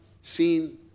seen